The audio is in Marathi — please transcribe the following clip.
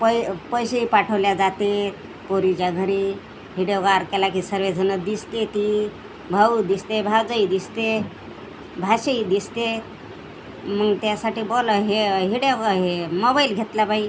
पै पैसेही पाठवल्या जाते पोरीच्या घरी हिडियो कॉर केला की सगळेजणं दिसतात भाऊ दिसते भावजयी दिसते भाशीई दिसते मग त्यासाठी बॉल आहे हिडीयो आहे मोबाईल घेतला बाई